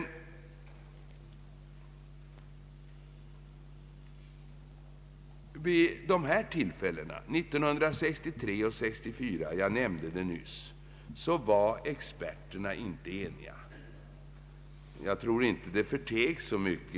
Men 1963 och 1964 var, som jag nyss nämnde, experterna inte eniga. Jag tror inte det förtegs.